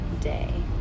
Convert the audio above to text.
day